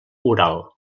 oral